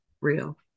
real